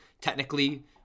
technically